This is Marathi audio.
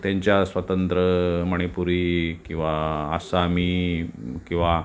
त्यांच्या स्वतंत्र मणीपुरी किंवा आसामी किंवा